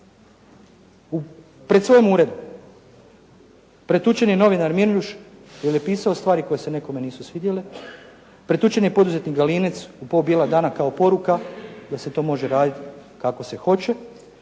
pred svojim uredom. Pretučen je novinar Miljuš jer je pisao stvari koje se nekome nisu svidjele. Pretučen je poduzetnik Galinec u pol bijela dana kao poruka da se to može raditi kako se hoće.